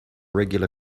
regular